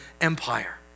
Empire